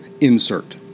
insert